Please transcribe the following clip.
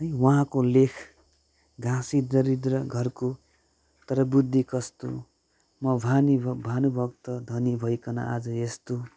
उहाँको लेख घाँसी दरिद्र घरको तर बुद्धि कस्तो म भानी भानुभक्त धनी भइकन आज यस्तो